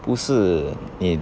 不是